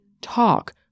talk